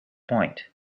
point